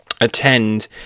attend